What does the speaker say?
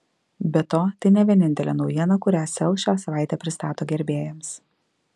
be to tai ne vienintelė naujiena kurią sel šią savaitę pristato gerbėjams